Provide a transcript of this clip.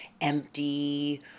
empty